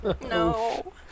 No